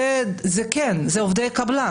הרב שלוש,